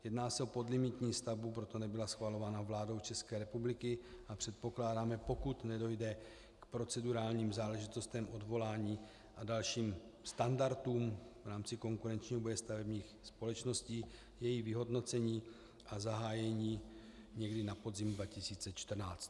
Jedná se o podlimitní stavbu, proto nebyla schvalována vládou České republiky a předpokládáme, pokud nedojde k procedurálním záležitostem, k odvolání a dalším standardům v rámci konkurenčního boje stavebních společností, její vyhodnocení a zahájení někdy na podzim 2014.